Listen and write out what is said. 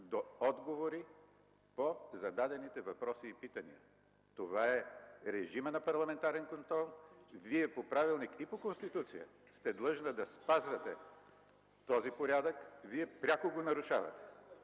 до отговори по зададените въпроси и питания. Това е режимът на парламентарен контрол. Вие по правилник и по Конституция сте длъжна да спазвате този порядък. Вие пряко го нарушавате.